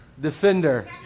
Defender